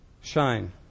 Shine